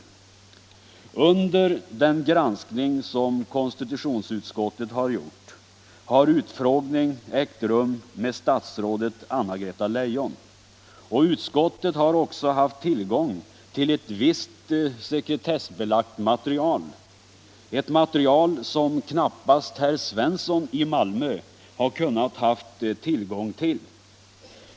Under den granskning som konstitutionsutskottet gjort har utfrågning ägt rum med statsrådet Anna-Greta Leijon. Utskottet har också haft tillgång till visst sekretessbelagt material — ett material som knappast herr Svensson i Malmö kunnat ha tillgång till.